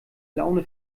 laune